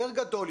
יותר גדול?